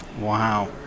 Wow